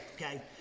okay